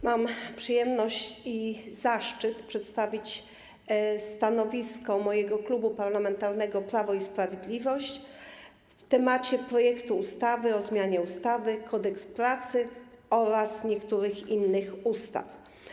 Mam przyjemność i zaszczyt przedstawić stanowisko mojego klubu, Klubu Parlamentarnego Prawo i Sprawiedliwość, w sprawie projektu ustawy o zmianie ustawy - Kodeks pracy oraz niektórych innych ustaw.